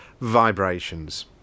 Vibrations